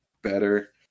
Better